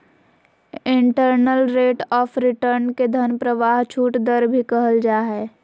internal rate of return के धन प्रवाह छूट दर भी कहल जा हय